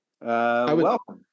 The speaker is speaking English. welcome